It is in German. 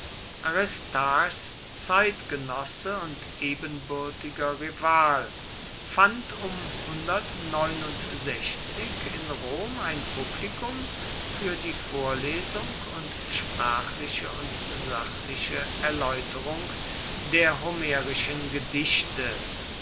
aristarchs zeitgenosse und ebenbürtiger rival fand um in rom ein publikum für die vorlesung und sprachliche und sachliche erläuterung der homerischen gedichte